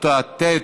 כיתה ט'.